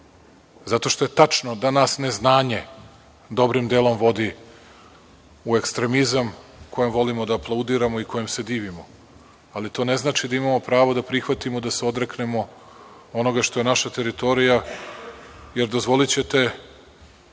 Zato je tačno da nas neznanje dobrim delom vodi u ekstremizam kojim volimo da aplaudiramo i kojem se divimo, ali to ne znači da imamo pravo da prihvatimo da se odreknemo onoga što je naša teritorija, jer dozvolićete